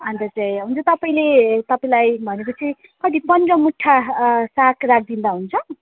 अन्त चाहिँ अन्त तपाईँले तपाईँलाई भनेपछि कति पन्ध्र मुठा अँ साग राखिदिँदा हुन्छ